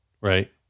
right